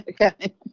Okay